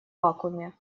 вакууме